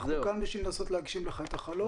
אנחנו כאן כדי לנסות להגשים לך את החלום.